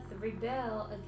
rebel